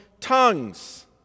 tongues